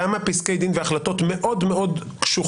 תכף.